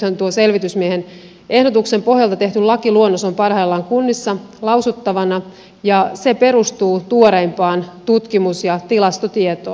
nythän tuo selvitysmiehen ehdotuksen pohjalta tehty lakiluonnos on parhaillaan kunnissa lausuttavana ja se perustuu tuoreimpaan tutkimus ja tilastotietoon